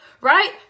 right